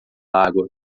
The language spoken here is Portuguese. água